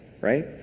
right